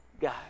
God